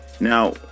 Now